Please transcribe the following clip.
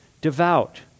Devout